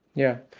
yeah.